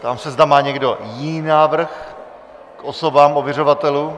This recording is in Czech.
Ptám se, zda má někdo jiný návrh k osobám ověřovatelů?